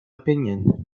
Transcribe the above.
opinion